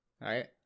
Right